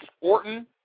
Orton